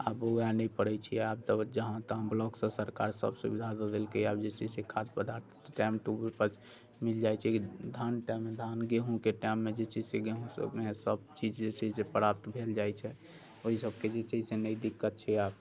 आब बौआइ नहि पड़ैत छै आब तऽ जहाँ तहाँ ब्लॉकसँ सरकार सभ सुविधा दऽ देलकै हँ आब जे छै से खाद्य पदार्थ टाइम टेबुल पर मिल जाइत छै धानके टाइममे धान गेहुँके टाइममे जे छै से गेहुँ सभ जे छै से ओएह चीज प्राप्त भेल जाइत छै ओहि सभके जे छै से नहि दिक्कत छै आब